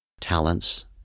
talents